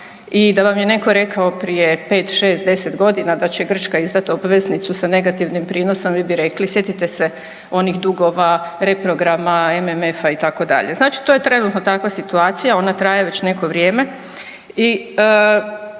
i da vam je netko rekao prije 5, 6, 10 godina da će Grčka izdati obveznicu sa negativnim prinosom vi bi rekli, sjetite se onih dugova, reprograma MMF-a itd., znači to je trenutno takva situacija, ona traje već neko vrijeme